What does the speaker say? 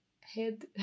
head